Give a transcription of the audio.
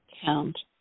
Count